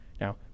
now